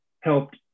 helped